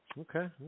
Okay